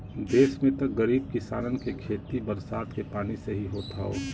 देस में त गरीब किसानन के खेती बरसात के पानी से ही होत हौ